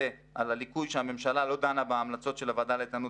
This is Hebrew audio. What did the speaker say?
על הליקוי שהממשלה לא דנה בהמלצות של הוועדה לאיתנות